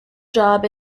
job